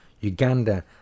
Uganda